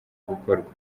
gukorwa